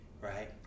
right